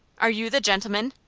are you the gentleman?